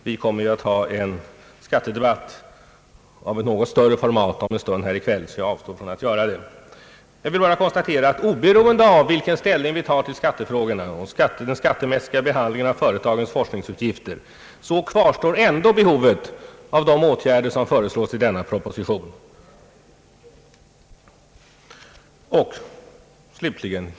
Vi kommer ju att ha en skattedebatt av större format senare i kväll, och jag vill därför nu endast konstatera att oberoende av vilken ställning vi tar till skattefrågorna och till den skattemässiga behandlingen av företagens forskningsutgifter kvarstår ändå behovet av de åtgärder som föreslås i propositionen.